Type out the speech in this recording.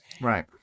Right